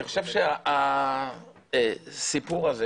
אני חושב שהסיפור הזה